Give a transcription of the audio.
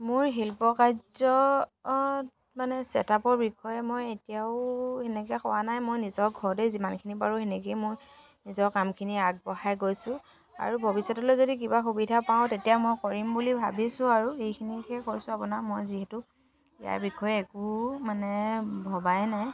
মোৰ শিল্পকাৰ্যত মানে ছেটআপৰ বিষয়ে মই এতিয়াও সেনেকে কৰা নাই মই নিজৰ ঘৰতেই যিমানখিনি পাৰোঁ সেনেকেই মই নিজৰ কামখিনি আগবঢ়াই গৈছোঁ আৰু ভৱিষ্যতলৈ যদি কিবা সুবিধা পাওঁ তেতিয়া মই কৰিম বুলি ভাবিছোঁ আৰু সেইখিনিকে কৈছোঁ আপোনাৰ মই যিহেতু ইয়াৰ বিষয়ে একো মানে ভবাই নাই